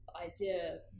idea